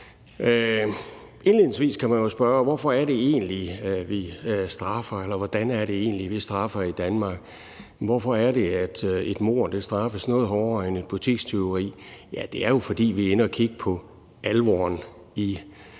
Indledningsvis kan man jo spørge, hvorfor vi egentlig straffer, og hvordan vi straffer i Danmark. Hvorfor er det, at et mord straffes noget hårdere end et butikstyveri? Det er jo, fordi vi er inde at kigge på forbrydelsens